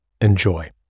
Enjoy